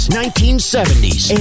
1970s